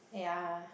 yea